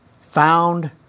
found